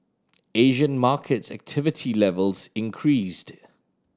Asian markets activity levels increased